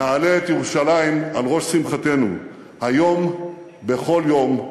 נעלה את ירושלים על ראש שמחתנו היום, בכל יום,